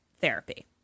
therapy